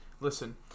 listen